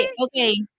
okay